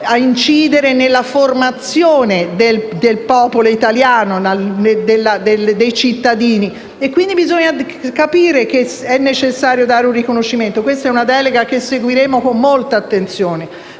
a incidere sulla formazione del popolo italiano e dei cittadini. Quindi, bisogna capire che è necessario dare un riconoscimento. Questa è una delega che seguiremo con molta attenzione,